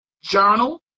journal